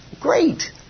great